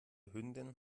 hündin